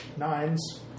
Nines